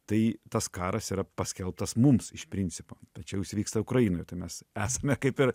tai tas karas yra paskelbtas mums iš principo tačiau jis vyksta ukrainoje tai mes esame kaip ir